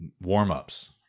warm-ups